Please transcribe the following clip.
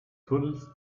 tunnels